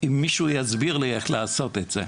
אם מישהו יסביר לי איך לעשות את זה.